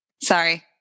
Sorry